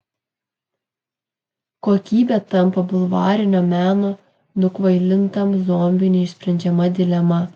kokybė tampa bulvarinio meno nukvailintam zombiui neišsprendžiama dilema